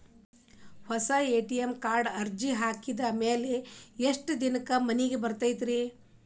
ಹೊಸಾ ಎ.ಟಿ.ಎಂ ಕಾರ್ಡಿಗೆ ಅರ್ಜಿ ಹಾಕಿದ್ ಮ್ಯಾಲೆ ಎಷ್ಟ ದಿನಕ್ಕ್ ಮನಿಗೆ ಬರತೈತ್ರಿ?